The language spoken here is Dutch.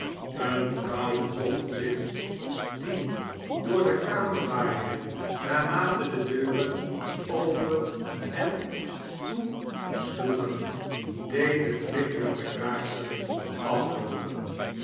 een koude tochtwind die door de kamer waaide naarmate de deuren open en toesloegen deed de flikkerende kaarsen afloopen